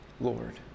Lord